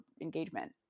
engagement